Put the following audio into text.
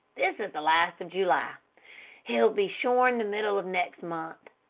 this is the last of july he'll be shorn the middle of next month,